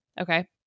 okay